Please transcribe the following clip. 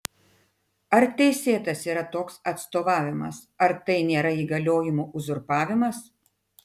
ar teisėtas yra toks atstovavimas ar tai nėra įgaliojimų uzurpavimas